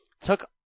took